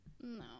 no